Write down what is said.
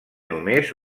només